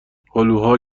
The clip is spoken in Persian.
هلوها